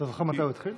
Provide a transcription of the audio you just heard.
אתה זוכר מתי הוא התחיל?